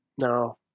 No